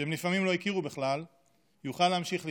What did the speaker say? שהם לפעמים לא הכירו בכלל יוכל להמשיך לחיות,